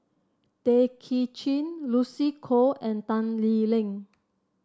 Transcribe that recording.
Tay Kay Chin Lucy Koh and Tan Lee Leng